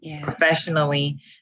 professionally